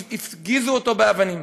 הפגיזו אותו באבנים.